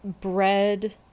bread